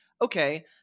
okay